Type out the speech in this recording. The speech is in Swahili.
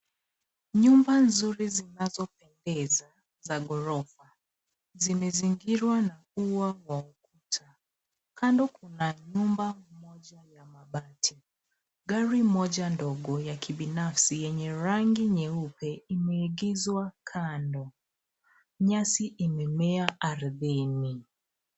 Nyumba nzuri zinazopendeza za ghorofa, zimezingirwa na ua wa ukuta. Kando kuna nyumba moja ya mabati, gari moja ndogo ya kibinafsi yenye rangi nyeupe imeegezwa kando. Nyasi imemea ardhini.